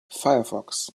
firefox